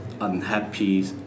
unhappy